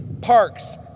parks